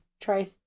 try